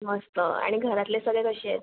मस्त आणि घरातले सगळे कसे आहेत